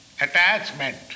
attachment